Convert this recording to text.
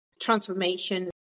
transformation